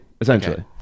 essentially